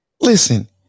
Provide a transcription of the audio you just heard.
listen